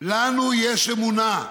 לנו יש אמונה,